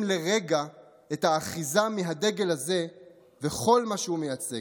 לרגע את האחיזה מהדגל הזה וכל מה שהוא מייצג.